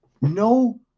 no